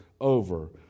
over